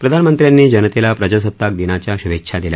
प्रधानमंत्र्यांनी जनतेला प्रजासत्ताक दिनाच्या शुभेच्छा दिल्या